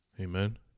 Amen